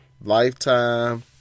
Lifetime